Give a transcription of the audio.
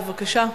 בבקשה.